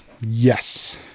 Yes